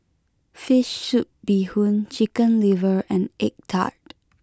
Fish Soup Bee Hoon Chicken Liver and Egg Tart